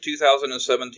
2017